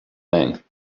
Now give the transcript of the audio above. thing